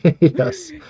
yes